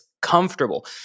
comfortable